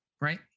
right